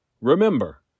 Remember